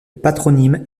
patronyme